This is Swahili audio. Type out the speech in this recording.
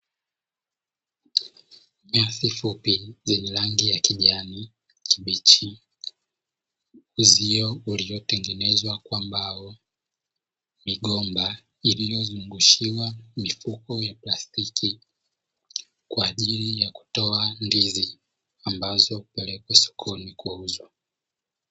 Nyasi fupi zenye rangi ya kijani kibichi, uzio uliotengenezwa kwa mbao, migomba iliyozungushiwa mifuko ya plastiki, kwa ajili ya kutoa ndizi, ambazo hupelekwa sokoni kuuzwa.